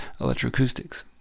electroacoustics